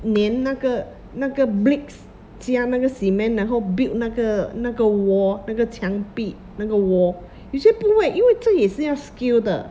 黏那个那个 bricks 加那个 cement 然后 build 那个那个 wall 那个墙壁那个 wall 有些不会因为这是要 skill 的